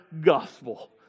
gospel